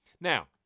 Now